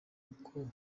uko